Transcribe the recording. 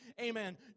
Amen